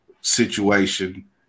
situation